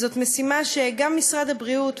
וזאת משימה שגם משרד הבריאות,